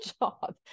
job